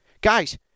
Guys